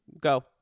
go